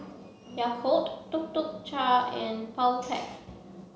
Yakult Tuk Tuk Cha and Powerpac